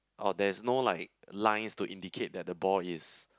or there's no like lines to indicate that the ball is